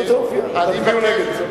אני רוצה להופיע, אבל טרפדו את זה.